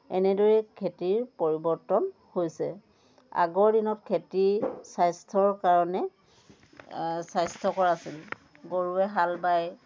এনেদৰেই খেতিৰ পৰিৱৰ্তন হৈছে আগৰ দিনত খেতি স্বাস্থ্যৰ কাৰণে স্বাস্থ্যকৰ আছিল গৰুৱে হাল বায়